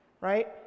Right